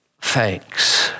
thanks